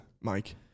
mike